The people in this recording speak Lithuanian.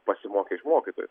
pasimokė iš mokytojų